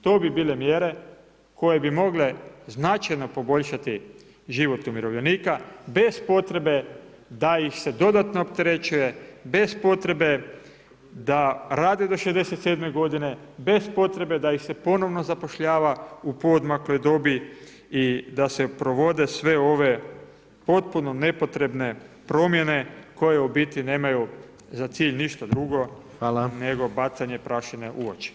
To bi bile mjere koje bi mogle značajno poboljšati život umirovljenika bez potrebe da ih se dodatno opterećuje, bez potrebe da rade do 67. godine, bez potrebe da ih se ponovno zapošljava u poodmakloj dobi i da se provode sve ove potpuno nepotrebne promjene koje u biti nemaju za cilj ništa drugo nego bacanja prašine u oči.